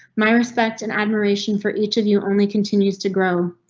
my respect and admiration for each of you only continues to grow.